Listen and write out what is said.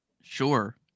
sure